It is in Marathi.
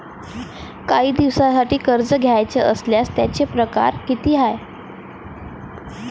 कायी दिसांसाठी कर्ज घ्याचं असल्यास त्यायचे परकार किती हाय?